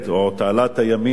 או תעלת הימים,